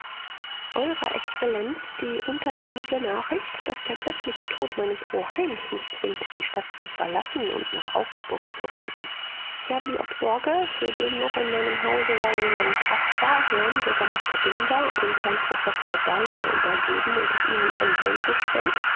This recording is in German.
eurer exzellenz die untertänige nachricht daß der plötzliche tod meines oheims mich zwingt die stadt zu verlassen und nach augsburg zu reisen ich habe die obsorge für den noch in meinem hause weilenden caspar herrn bürgermeister binder und herrn professor daumer übergeben und es ihnen anheimgestellt